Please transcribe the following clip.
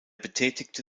betätigte